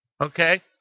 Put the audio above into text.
okay